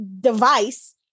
device